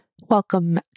Welcome